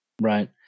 right